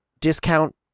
discount